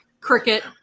cricket